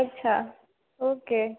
અચ્છા ઓકે